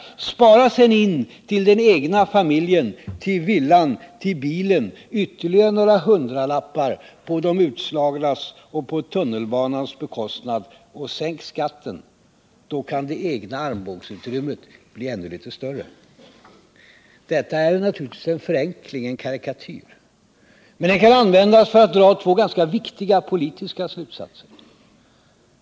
Spara sedan in till den egna familjen, till villan, till bilen ytterligare några hundralappar på de utslagnas och på tunnelbanans bekostnad och sänk skatten — då kan det egna armbågsutrymmet bli ännu litet större. Detta är naturligtvis en förenkling, en karikatyr. Men den kan användas för att dra två ganska viktiga politiska slutsatser.